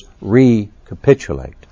recapitulate